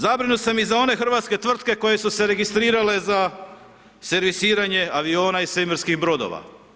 Zabrinut sam i za one hrvatske tvrtke koje su se registrirale za servisiranje aviona i svemirskih brodova.